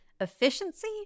Efficiency